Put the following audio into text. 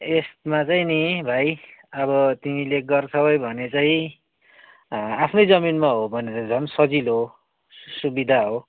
यसमा चाहिँ नि भाइ अब तिमीले गर्छौ नै भने चाहिँ आफ्नै जमिनमा हो भने त झन् सजिलो हो सुविधा हो